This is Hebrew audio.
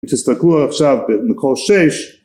ותסתכלו עכשיו במקושש.